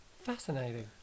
Fascinating